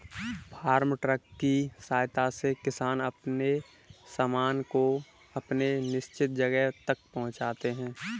farm truck की सहायता से किसान अपने सामान को अपने निश्चित जगह तक पहुंचाते हैं